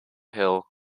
hill